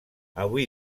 avui